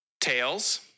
Tails